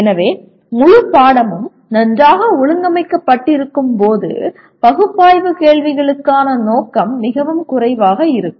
எனவே முழு பாடமும் நன்றாக ஒழுங்கமைக்கப்பட்டிருக்கும் போது பகுப்பாய்வு கேள்விகளுக்கான நோக்கம் மிகவும் குறைவாக இருக்கும்